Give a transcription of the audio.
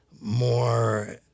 more